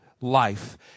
life